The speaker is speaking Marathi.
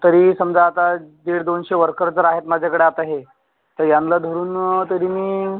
तरी समजा आता दीडदोनशे वर्कर जर आहेत माझ्याकडं आता हे तर यांना धरून तरी मी